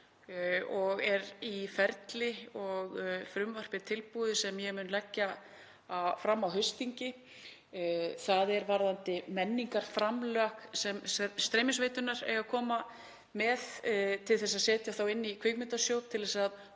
og er í ferli og frumvarp er tilbúið sem ég mun leggja fram á haustþingi er varðandi menningarframlag sem streymisveitur eiga að koma með, til þess að setja inn í Kvikmyndasjóð til að